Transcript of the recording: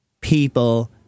people